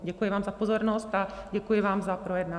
Děkuji vám za pozornost a děkuji vám za projednání.